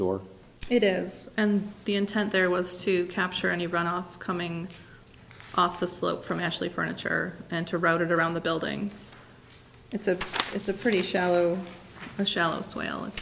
door it is and the intent there was to capture any runoff coming off the slope from ashley furniture and to route it around the building it's a it's a pretty shallow and shallow swelling